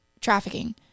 trafficking